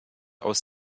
aus